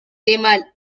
tema